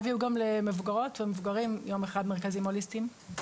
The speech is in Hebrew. ויהיו גם למבוגרות ומבוגרים יום אחד מרכזים הוליסטיים.